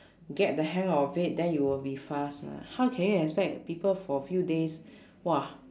get the hang of it then you will be fast mah how can you expect people for few days !wah!